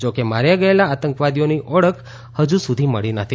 જો કે માર્યા ગયેલા આતંકવાદીઓની ઓળખ હજુ સુધી મળી નથી